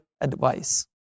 advice